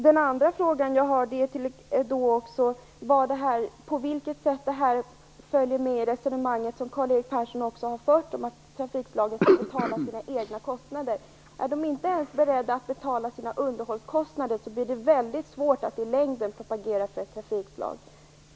Den andra fråga jag hade var på vilket sätt detta går ihop med resonemanget att trafikslagen skall betala sina egna kostnader, Karl-Erik Persson. Är de inte ens beredda att betala sina underhållskostnader, blir det väldigt svårt att i längden propagera för ett trafikslag.